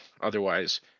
otherwise